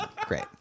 great